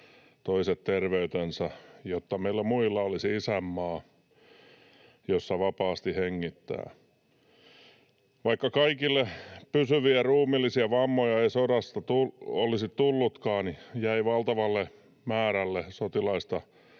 toiset terveytensä, jotta meillä muilla olisi isänmaa, jossa vapaasti hengittää. Vaikka kaikille ei pysyviä ruumiillisia vammoja sodasta olisi tullutkaan, valtavalle määrälle sotilaista